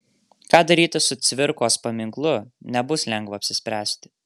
ką daryti su cvirkos paminklu nebus lengva apsispręsti